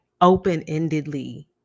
open-endedly